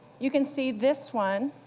you can see this one.